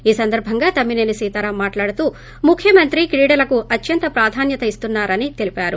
ఈ సందర్భంగా తమ్మి నేని సీతారామ్ మాట్లాడుతూ ముఖ్యమంత్రి క్రీడలకు అత్యంత ప్రాధాన్యతనిస్తున్నారని తెలిపారు